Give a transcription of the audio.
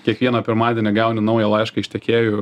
kiekvieną pirmadienį gauni naują laišką iš tiekėjų